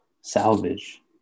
salvage